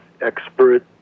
expert